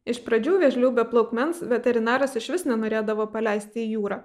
iš pradžių vėžlių be plaukmens veterinaras išvis nenorėdavo paleisti į jūrą